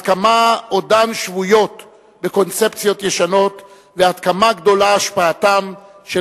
עד כמה עודן שבויות בקונספציות ישנות ועד כמה גדולה השפעתם של